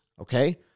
okay